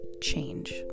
change